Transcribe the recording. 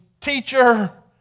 teacher